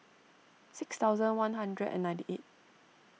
six thousand one hundred and ninety eight